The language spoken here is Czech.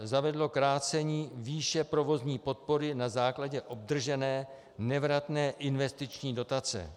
Zavedlo krácení výše provozní podpory na základě obdržené nevratné investiční dotace.